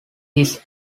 his